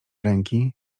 ręki